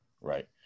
right